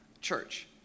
church